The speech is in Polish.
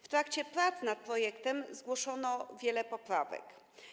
W trakcie prac nad projektem zgłoszono wiele poprawek.